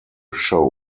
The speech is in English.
show